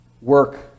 work